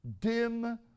dim